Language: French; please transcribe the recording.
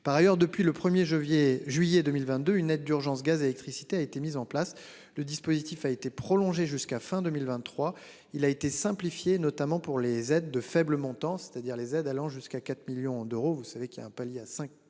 Par ailleurs, depuis le 1er janvier, juillet 2022, une aide d'urgence gaz électricité a été mise en place le dispositif a été prolongé jusqu'à fin 2023, il a été simplifiée notamment pour les aides de faible montant, c'est-à-dire les aides allant jusqu'à 4 millions d'euros. Vous savez qu'il y a un palier à